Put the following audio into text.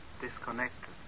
disconnected